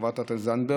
חברת הכנסת זנדברג.